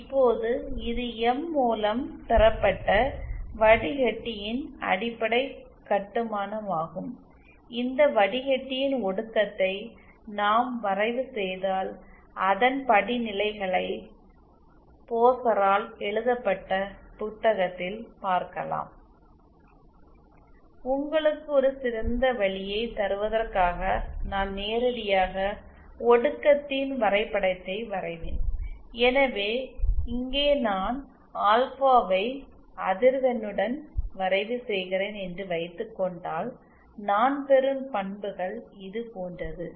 இப்போது இது எம் மூலம் பெறப்பட்ட வடிகட்டியின் அடிப்படை கட்டுமானமாகும் இந்த வடிகட்டியின் ஒடுக்கத்தை நாம் வரைவு செய்தால் அதன் படிநிலைகளை போஸரால் எழுதப்பட்ட புத்தகத்தில் பார்க்கலாம் உங்களுக்கு ஒரு சிறந்த வழியை தருவதற்காக நான் நேரடியாக ஒடுக்கத்தின் வரைபடத்தைத் வரைவேன் எனவே இங்கே நான் ஆல்பாவை அதிர்வெண்ணுடன் வரைவு செய்கிறேன் என்று வைத்துக் கொண்டால் நான் பெறும் பண்புகள் இது போன்றது